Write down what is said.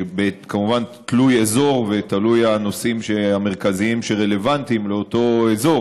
כמובן תלוי אזור ותלוי הנושאים המרכזיים שרלוונטיים לאותו אזור.